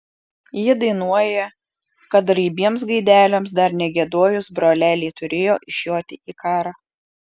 ji dainuoja kad raibiems gaideliams dar negiedojus broleliai turėjo išjoti į karą